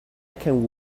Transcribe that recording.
can